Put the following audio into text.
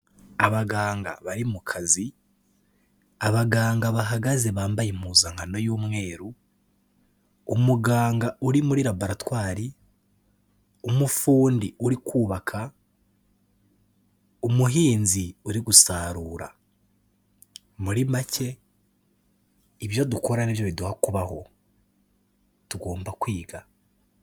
Abaganga bari mu kazi, abaganga bahagaze bambaye impuzankano y'umweru, umuganga uri muri laboratwari, umufundi uri kubaka, umuhinzi uri gusarura, muri make ibyo dukora ni byo biduha kubaho, tugomba kwiga.